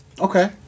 Okay